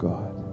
God